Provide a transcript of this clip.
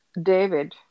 David